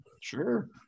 sure